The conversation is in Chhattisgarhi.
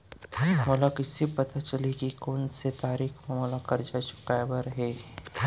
मोला कइसे पता चलही के कोन से तारीक म मोला करजा चुकोय बर हे?